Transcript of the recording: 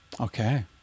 Okay